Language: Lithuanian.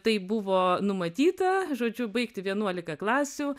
tai buvo numatyta žodžiu baigti vienuolika klasių